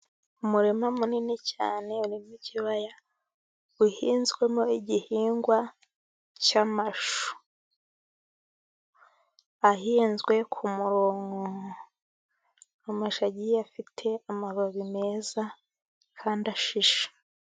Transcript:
Umurima munini cyane urimo ikibaya. Uhinzwemo igihingwa cy'amashu. Ahinzwe ku murongo. Amashu agiye afite amababi meza kandi ashishe.